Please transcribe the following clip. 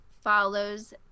follows